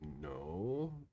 No